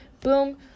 Boom